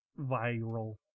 viral